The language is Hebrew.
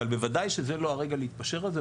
אבל בוודאי שזה לא הרגע להתפשר על זה,